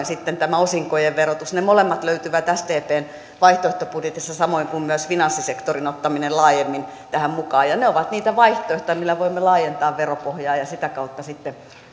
sitten tämä osinkojen verotus ne molemmat löytyvät sdpn vaihtoehtobudjetista samoin kuin myös finanssisektorin ottaminen laajemmin tähän mukaan ne ovat niitä vaihtoehtoja millä voimme laajentaa veropohjaa ja ja sitä kautta